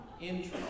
intro